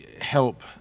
Help